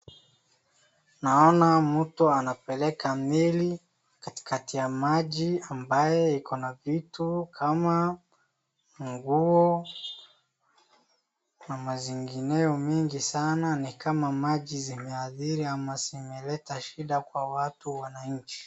Naona mtu anapeleka meli katikati ya maji ambaye iko na vitu kama nguo, na mazingineo mingi sana, ni kama maji zimeadhiri ama zimeleta shida kwa watu wananchi.